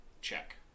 check